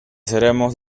seremos